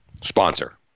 sponsor